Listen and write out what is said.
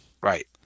Right